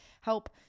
help